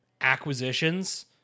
acquisitions